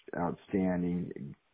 outstanding